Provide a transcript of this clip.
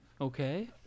Okay